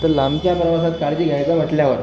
तर लांबच्या प्रवासात काळजी घ्यायची म्हटल्यावर